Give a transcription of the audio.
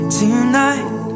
tonight